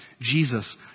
Jesus